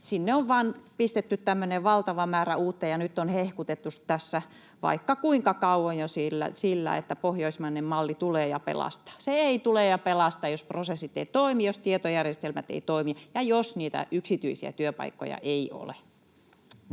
Sinne on vain pistetty tämmöinen valtava määrä uutta, ja nyt on hehkutettu tässä vaikka kuinka kauan jo sillä, että pohjoismainen malli tulee ja pelastaa. Se ei tule ja pelasta, jos prosessit eivät toimi, jos tietojärjestelmät eivät toimi ja jos niitä yksityisiä työpaikkoja ei ole.